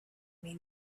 may